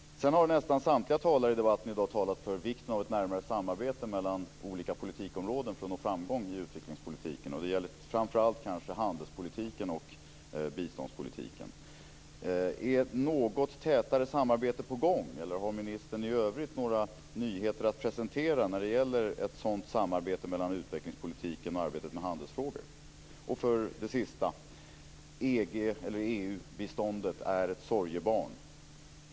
Nästan samtliga talare har i debatten i dag talat om vikten av ett närmare samarbete mellan olika politikområden för att nå framgång i utvecklingspolitiken, och det gäller kanske framför allt handelspolitiken och biståndspolitiken. Är ett något tätare samarbete på gång, eller har ministern i övrigt några nyheter att presentera när det gäller ett sådant samarbete mellan utvecklingspolitiken och arbetet med handelsfrågor? Till sist: EU-biståndet är ett sorgebarn.